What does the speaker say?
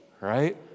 right